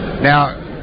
Now